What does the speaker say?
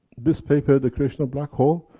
this paper, the creation of black holes,